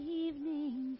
evening